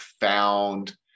found